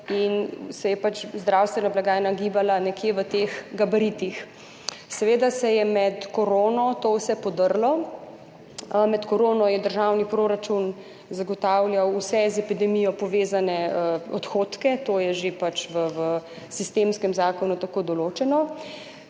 in se je pač zdravstvena blagajna gibala nekje v teh gabaritih. Seveda se je med korono to vse podrlo. Med korono je državni proračun zagotavljal vse z epidemijo povezane odhodke, to je že v sistemskem zakonu tako določeno,